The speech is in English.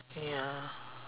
ya